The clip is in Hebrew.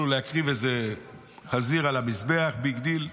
בסך הכול להקריב חזיר על המזבח, ביג דיל.